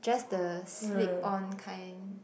just the slip on kind